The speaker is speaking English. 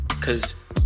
cause